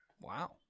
Wow